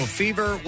fever